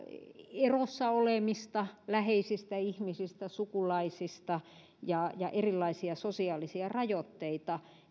erossa olemista läheisistä ihmisistä ja sukulaisista ja erilaisia sosiaalisia rajoitteita